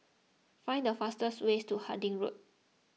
find the fastest ways to Harding Road